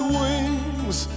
wings